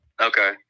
okay